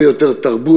הרבה יותר תרבות,